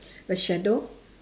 the shadow